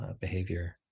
behavior